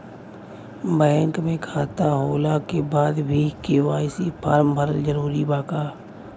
Bank में खाता होला के बाद भी के.वाइ.सी फार्म भरल जरूरी बा का?